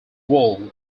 wall